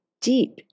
deep